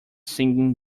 singing